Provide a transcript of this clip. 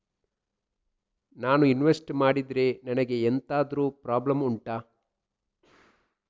ನಾನು ಇನ್ವೆಸ್ಟ್ ಮಾಡಿದ್ರೆ ನನಗೆ ಎಂತಾದ್ರು ಪ್ರಾಬ್ಲಮ್ ಉಂಟಾ